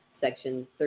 Section